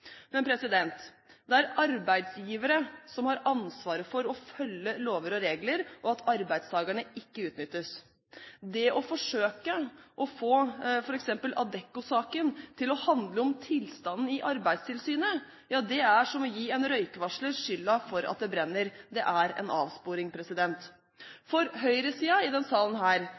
Men det er arbeidsgiverne som har ansvar for å følge lover og regler, og for at arbeidstakerne ikke utnyttes. Det å forsøke å få f.eks. Adecco-saken til å handle om tilstanden i Arbeidstilsynet, ja det er som å gi en røykvarsler skylden for at det brenner. Det er en avsporing. For høyresiden i denne salen